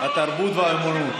התרבות והאומנות,